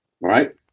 right